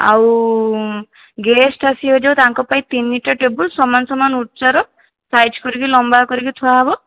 ଆଉ ଗେଷ୍ଟ ଆସିବେ ଯେଉଁ ତାଙ୍କ ପାଇଁ ତିନିଟା ଟେବଲ୍ ସମାନ ସମାନ ଉଚ୍ଚର ସାଇଜ୍ କରିକି ଲମ୍ବା କରିକି ଥୁଆ ହେବ